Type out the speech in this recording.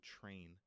Train